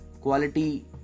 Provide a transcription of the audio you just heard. Quality